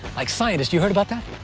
like scientist, you heard about that.